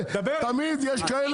תמיד יש כאלה שקורסים.